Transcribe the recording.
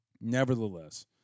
Nevertheless